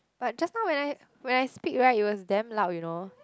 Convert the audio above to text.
but just now when I when I speak right it was damn loud you know